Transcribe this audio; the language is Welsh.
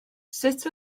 sut